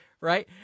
right